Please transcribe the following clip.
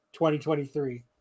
2023